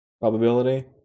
probability